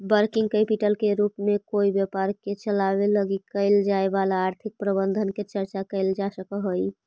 working capital के रूप में कोई व्यापार के चलावे लगी कैल जाए वाला आर्थिक प्रबंधन के चर्चा कैल जा सकऽ हई